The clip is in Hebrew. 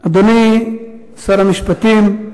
אדוני שר המשפטים,